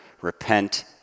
Repent